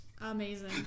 Amazing